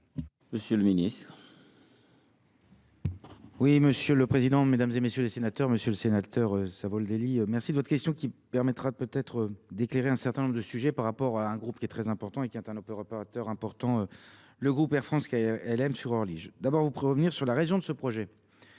monsieur le ministre.